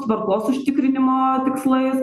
tvarkos užtikrinimo tikslais